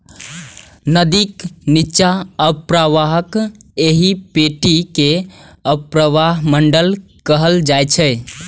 नदीक निच्चा अवप्रवाहक एहि पेटी कें अवप्रवाह मंडल कहल जाइ छै